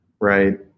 right